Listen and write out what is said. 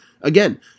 again